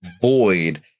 void